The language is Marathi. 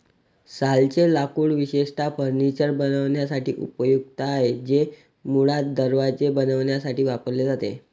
सालचे लाकूड विशेषतः फर्निचर बनवण्यासाठी उपयुक्त आहे, ते मुळात दरवाजे बनवण्यासाठी वापरले जाते